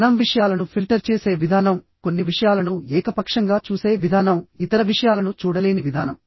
మనం విషయాలను ఫిల్టర్ చేసే విధానం కొన్ని విషయాలను ఏకపక్షంగా చూసే విధానం ఇతర విషయాలను చూడలేని విధానం